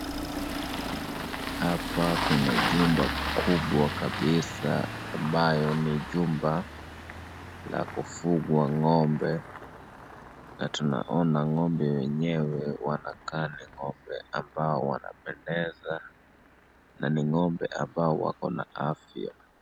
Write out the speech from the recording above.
Hapa kuna jumba kubwa kabisa ambayo ni jumba la kufugwa ng'ombe na tunaona ng'ombe wenyewe wanakaa ni ng'ombe ambao wanapendeza na ni ng'ombe ambao wako na afya.